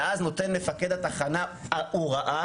ואז נותן מפקד התחנה הוראה,